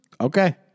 Okay